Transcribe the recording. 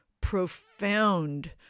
profound